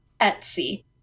Etsy